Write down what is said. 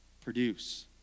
produce